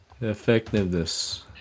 Effectiveness